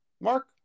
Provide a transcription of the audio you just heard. Mark